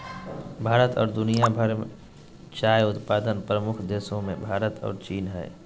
भारत और दुनिया भर में चाय उत्पादन प्रमुख देशों मेंभारत और चीन हइ